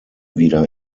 wieder